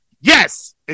Yes